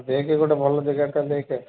ଦେଇକି ଗୋଟେ ଭଲ ଜଗାଟା ଦେଖେ